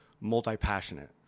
multi-passionate